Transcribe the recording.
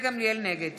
נגד